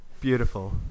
beautiful